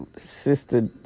Sister